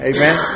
Amen